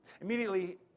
Immediately